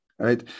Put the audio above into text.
Right